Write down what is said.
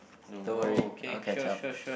no !wow! okay sure sure sure